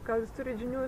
gal jūs turit žinių